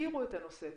ותכירו את הנושא.